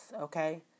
okay